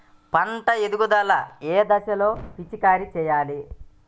పంట ఎదుగుదల ఏ దశలో పిచికారీ చేయాలి?